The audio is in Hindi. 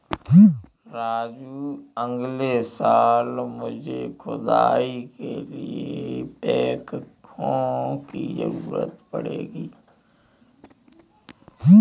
राजू अगले साल मुझे खुदाई के लिए बैकहो की जरूरत पड़ेगी